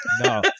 No